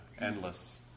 endless